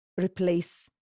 replace